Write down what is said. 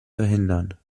verhindern